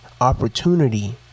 Opportunity